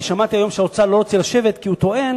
אני שמעתי היום שהאוצר לא רוצה לשבת כי הוא טוען,